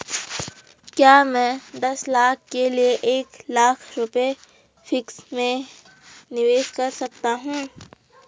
क्या मैं दस साल के लिए एक लाख रुपये फिक्स में निवेश कर सकती हूँ?